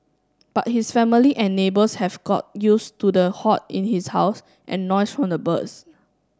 but his family and neighbours have got used to the hoard in his house and noise from the birds